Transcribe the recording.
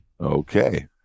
Okay